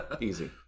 Easy